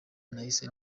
nahise